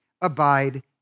abide